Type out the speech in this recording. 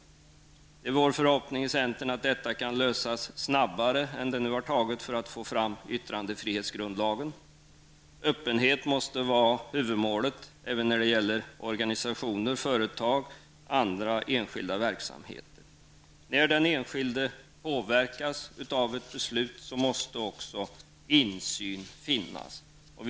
Inom centern är det vår förhoppning att problemen härvidlag kan lösas snabbare än problemen beträffande yttrandefrihetsgrundlagen. Öppenhet måste vara huvudmålet även när det gäller organisationer, företag och andra enskilda verksamheter. När den enskilde påverkas av ett beslut måste det också finnas insyn.